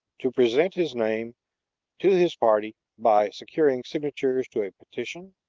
to present his name to his party by securing signatures to a petition,